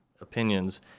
opinions